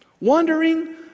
wandering